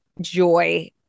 joy